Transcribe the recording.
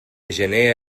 gener